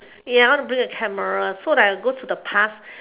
ya I want to bring a camera so that I go to the past